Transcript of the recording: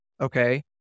okay